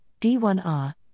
D1R